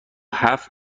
هفت